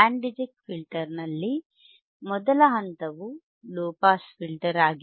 band reject ಫಿಲ್ಟರ್ನಲ್ಲಿ ಮೊದಲ ಹಂತವು ಲೊ ಪಾಸ್ ಫಿಲ್ಟರ್ ಆಗಿದೆ